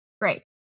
Great